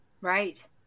Right